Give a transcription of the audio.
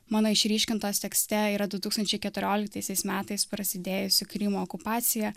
mano išryškintos tekste yra du tūkstančiai keturioliktaisiais metais prasidėjusi krymo okupacija